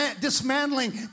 dismantling